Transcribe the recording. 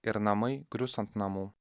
ir namai grius ant namų